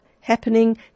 Happening